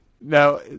Now